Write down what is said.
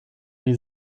die